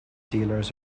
dealers